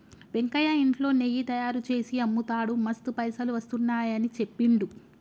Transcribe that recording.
వెంకయ్య ఇంట్లో నెయ్యి తయారుచేసి అమ్ముతాడు మస్తు పైసలు వస్తున్నాయని చెప్పిండు